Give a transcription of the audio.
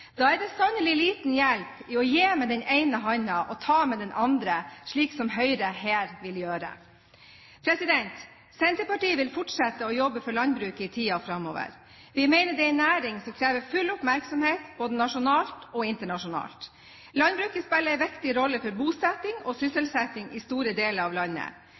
Da er det sannelig liten hjelp i å gi med den ene hånden og ta med den andre, slik som Høyre her vil gjøre. Senterpartiet vil fortsette å jobbe for landbruket i tiden framover. Vi mener det er en næring som krever full oppmerksomhet både nasjonalt og internasjonalt. Landbruket spiller en viktig rolle for bosetting og sysselsetting i store deler av landet.